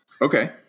Okay